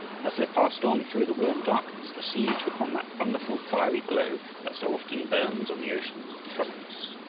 as they passed on through the warm darkness, the sea took on that wonderful fiery glow that so often burns on the oceans of the tropics.